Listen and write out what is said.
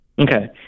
Okay